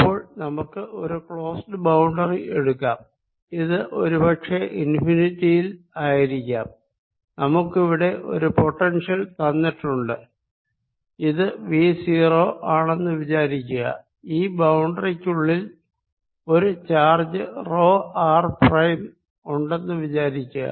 അപ്പോൾ നമുക്ക് ഒരു ക്ലോസ്ഡ് ബൌണ്ടറി എടുക്കാം ഇത് ഒരു പക്ഷെ ഇൻഫിനിറ്റിയിൽ ആയിരിക്കാം നമുക്കിവിടെ ഒരു പൊട്ടൻഷ്യൽ തന്നിട്ടുണ്ട് ഇത് വി0 ആണെന്ന് വിചാരിക്കുക ഈ ബൌണ്ടറിക്കുള്ളിൽ ഒരു ചാർജ് റോ ആർ പ്രൈം ഉണ്ടെന്നു വിചാരിക്കുക